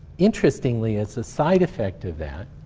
interestingly, as a side effect of that,